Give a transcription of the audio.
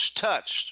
touched